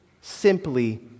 simply